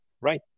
right